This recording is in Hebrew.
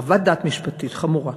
חוות דעת משפטית חמורה,